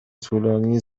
طولانی